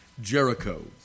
Jericho